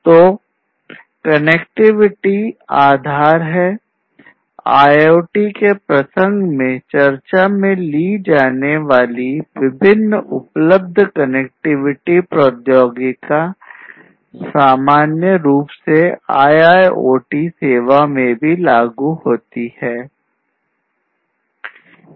तो कनेक्टिविटी सामान्य रूप से IIoT सेवा में भी लागू होती है